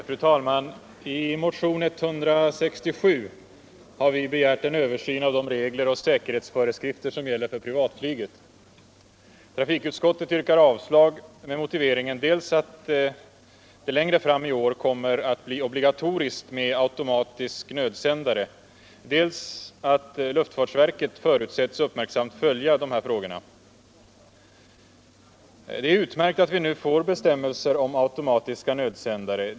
Fru talman! I motion 167 har vi begärt en översyn av de regler och säkerhetsföreskrifter som gäller för privatflyget. Trafikutskottet yrkar avslag med motiveringen dels att det längre fram i år kommer att bli obligatoriskt med automatisk nödsändare, dels att luftfartsverket förutsätts uppmärksamt följa dessa frågor. Det är utmärkt att vi nu får bestämmelser om automatiska nödsändare.